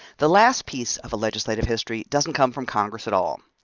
the last piece of a legislative history doesn't come from congress at all.